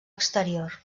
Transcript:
exterior